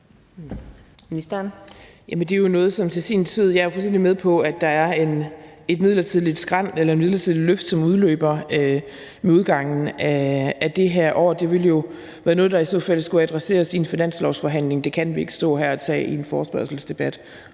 med på, at der er et midlertidigt løft, som udløber med udgangen af det her år. Det vil jo være noget, der i så fald skal adresseres i en finanslovsforhandling. Det kan vi ikke stå og tage her i en forespørgselsdebat